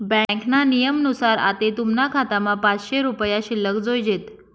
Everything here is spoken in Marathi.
ब्यांकना नियमनुसार आते तुमना खातामा पाचशे रुपया शिल्लक जोयजेत